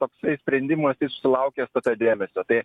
toksai sprendimas jis sulaukęs tokio dėmesio tai